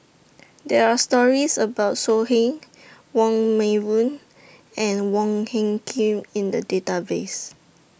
There Are stories about So Heng Wong Meng Voon and Wong Hung Khim in The Database